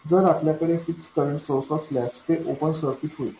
जर आपल्याकडे fix current source असल्यास ते ओपन सर्किट होतील